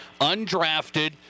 undrafted